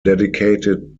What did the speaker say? dedicated